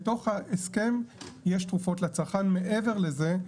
בתוך ההסכם יש תרופות לצרכן מעבר לזה.